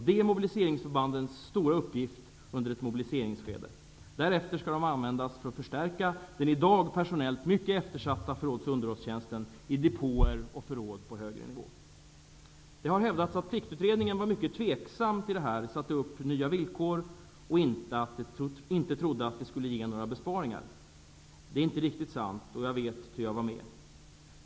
Detta är mobiliseringsförbandens stora uppgift under ett mobiliseringsskede. Därefter skall de användas för att förstärka den personellt mycket eftersatta förråds och underhållstjänsten i depåer och förråd på högre nivå. Det har hävdats att Pliktutredningen var mycket tveksam till detta. Man satte upp nya villkor och man trodde inte att det skulle ge några besparingar. Det är inte riktigt sant -- det vet jag, ty jag var med.